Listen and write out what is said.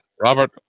Robert